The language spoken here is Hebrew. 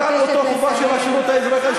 חבר הכנסת ג'בארין.